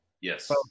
Yes